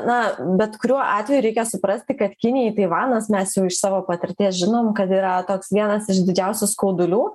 na bet kuriuo atveju reikia suprasti kad kinijai taivanas mes jau iš savo patirties žinom kad yra toks vienas iš didžiausių skaudulių